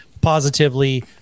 positively